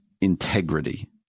integrity